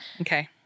Okay